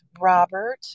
Robert